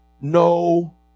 no